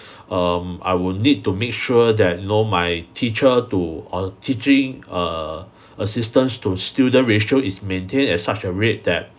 um I will need to make sure that you know my teacher to or teaching err assistants to student ratio is maintained at such a rate that